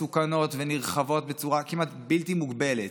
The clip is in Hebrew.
מסוכנות ונרחבות בצורה כמעט בלתי מוגבלת,